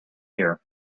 here